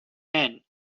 hand